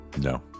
No